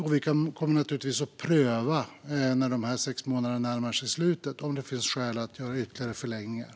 När de sex månaderna närmar sig slutet kommer vi naturligtvis att pröva om det finns skäl att ytterligare förlänga kontrollerna.